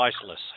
Priceless